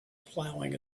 plowing